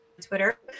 Twitter